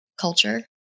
culture